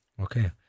Okay